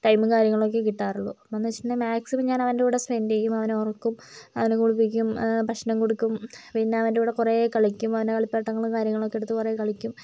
ടൈമും കാര്യങ്ങളൊക്കേ കിട്ടാറുള്ളൂ അപ്പോന്ന് വെച്ചിട്ടുണ്ടെങ്കിൽ മാക്സിമം ഞാൻ അവൻ്റെ കൂടെ സ്പെൻഡ് ചെയ്യും അവനെ ഉറക്കും അവനെ കുളിപ്പിക്കും ഭക്ഷണം കൊടുക്കും പിന്നേ അവൻ്റെ കൂടെ കുറെ കളിക്കും അവൻ്റെ കളിപ്പാട്ടങ്ങളും കാര്യങ്ങളൊക്കേ എടുത്ത് കുറെ കളിക്കും